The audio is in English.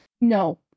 No